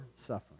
suffering